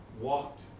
walked